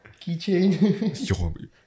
Keychain